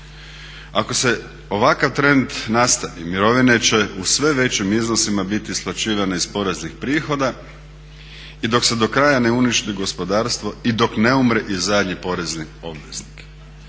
Ako se ovakav trend nastavi mirovine će u sve većim iznosima biti isplaćivane iz poreznih prihoda i dok se do kraja ne uništi gospodarstvo i dok ne umre i zadnji porezni obveznik.